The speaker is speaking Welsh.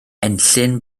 enllyn